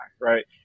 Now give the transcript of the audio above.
right